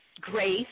grace